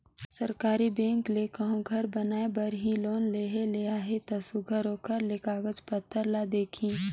सरकारी बेंक ले कहों घर बनाए बर ही लोन लेहे ले अहे ता सुग्घर ओकर ले कागज पाथर ल देखही